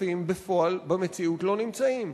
הכספים בפועל, במציאות, לא נמצאים?